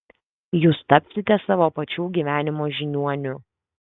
jūs tapsite savo pačių gyvenimo žiniuoniu